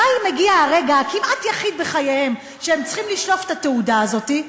מתי מגיע הרגע הכמעט-יחיד בחייהם שהם צריכים לשלוף את התעודה הזאת?